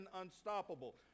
unstoppable